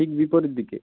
ঠিক বিপরীত দিকে